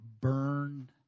burn